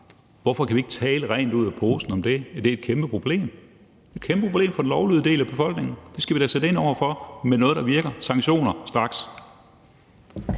Hvorfor kan vi ikke tale rent ud af posen om det? Ja, for det er et kæmpe problem, et kæmpe problem for den lovlydige del af befolkningen, og det skal vi da sætte ind over for med noget, der virker, sanktioner, straks.